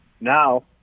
Now